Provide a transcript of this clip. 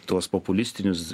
tuos populistinius